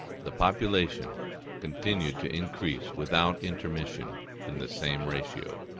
the population continued to increase without intermission in the same ratio.